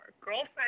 girlfriend